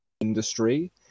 industry